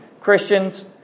Christians